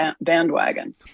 bandwagon